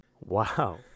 Wow